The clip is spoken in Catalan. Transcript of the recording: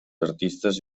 artistes